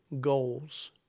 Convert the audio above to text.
goals